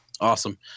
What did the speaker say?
awesome